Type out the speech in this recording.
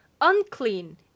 unclean